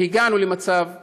והגענו למצב שהגענו,